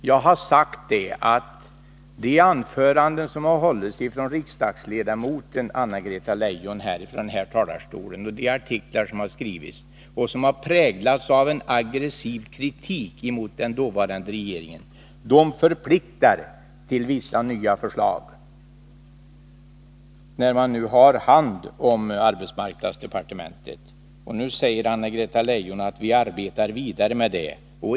Vad jag sade var att de anföranden som ifrån denna talarstol har hållits av riksdagsledamoten Anna-Greta Leijon och de artiklar som har skrivits har präglats av en aggressiv kritik emot den dåvarande regeringen, och detta förpliktar till vissa nya förslag från Anna-Greta Leijons sida, när hon nu ansvarar för arbetsmarknadsdepartementet. Nu säger Anna-Greta Leijon att arbetsmarknadsdepartementet arbetar vidare med de här frågorna.